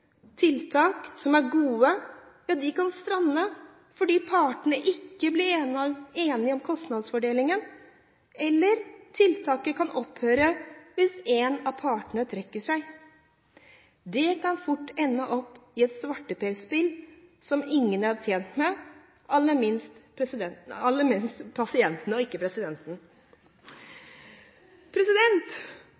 Tiltak som er gode, kan strande fordi partene ikke blir enige om kostnadsfordelingen, eller tiltaket kan opphøre hvis en av partene trekker seg. Det kan fort ende i et svarteperspill som ingen er tjent med, aller minst pasientene. Vi vet at noen tenker at mobil røntgen ikke